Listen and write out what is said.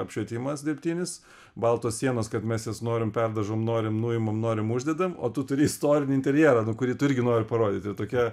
apšvietimas dirbtinis baltos sienos kad mes jas norim perdažom norim nuimam norim uždedam o tu turi istorinį interjerą nu kurį tu irgi nori parodyti tokia